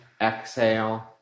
exhale